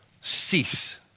Cease